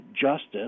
justice